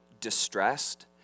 distressed